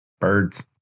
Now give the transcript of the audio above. Birds